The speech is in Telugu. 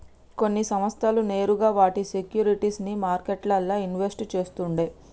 కొన్ని సంస్థలు నేరుగా వాటి సేక్యురిటీస్ ని మార్కెట్లల్ల ఇన్వెస్ట్ చేస్తుండే